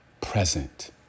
present